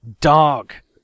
dark